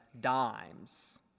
dimes